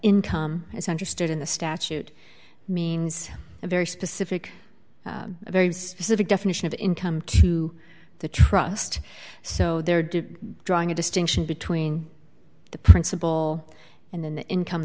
income as understood in the statute means a very specific very specific definition of income to the trust so there did drawing a distinction between the principle and then the income